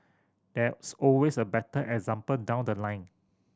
there's always a better example down the line